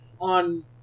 on